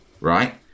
right